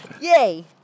Yay